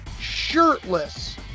shirtless